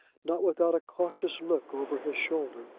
not without a cautious look over his shoulder,